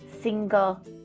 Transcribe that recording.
single